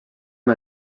amb